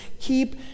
keep